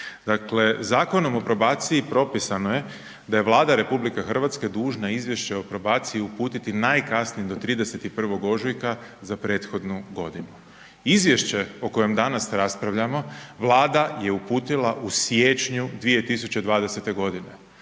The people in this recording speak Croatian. Zakonom o probaciji propisano je da je Vlada RH dužna izvješće o probaciji uputiti najkasnije do 31. ožujka za prethodnu godinu. Izvješće o kojem danas raspravljamo, Vlada je uputila u siječnju 2020. g.,